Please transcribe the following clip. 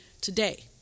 today